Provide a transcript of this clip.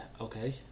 Okay